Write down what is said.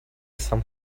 some